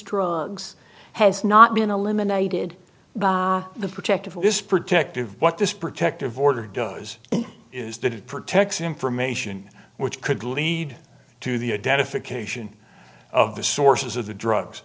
drugs has not been eliminated by the protective this protective what this protective order does is that it protects information which could lead to the identification of the sources of the drugs